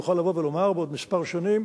יוכל לבוא ולומר בעוד כמה שנים: